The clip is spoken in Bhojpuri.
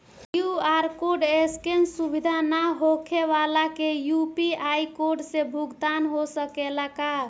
क्यू.आर कोड स्केन सुविधा ना होखे वाला के यू.पी.आई कोड से भुगतान हो सकेला का?